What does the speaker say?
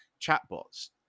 chatbots